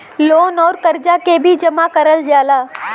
loan अउर करजा के भी जमा करल जाला